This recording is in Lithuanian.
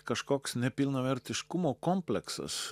kažkoks nepilnavertiškumo kompleksas